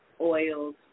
oils